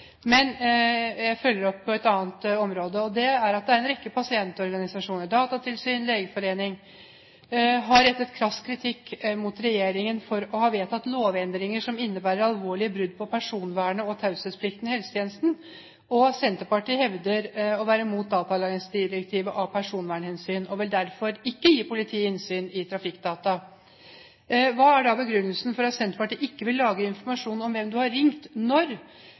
Men jeg følger opp på et annet område. En rekke pasientorganisasjoner, Datatilsynet og Legeforeningen har rettet krass kritikk mot regjeringen for å ha vedtatt lovendringer som innebærer alvorlige brudd på personvernet og taushetsplikten i helsetjenesten. Senterpartiet hevder å være imot datalagringsdirektivet av personvernhensyn og vil derfor ikke gi politiet innsyn i trafikkdata. Hva er da begrunnelsen for at Senterpartiet ikke vil lagre informasjon om hvem du har ringt når,